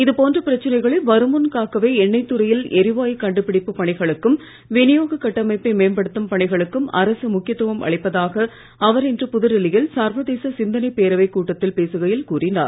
இது போன்ற பிரச்சனைகளை வருமுன் காக்கவே எண்ணெய்த் துறையில் எரிவாயு கண்டுபிடிப்பு பணிகளுக்கும் விநியோக கட்டமைப்பை மேம்படுத்தும் பணிகளுக்கும் அரசு முக்கியத்துவம் அளிப்பதாக அவர் இன்று புதுடெல்லியில் சர்வதேச சிந்தனைப் பேரவைக் கூட்டத்தில் பேசுகையில் கூறினார்